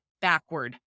backward